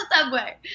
subway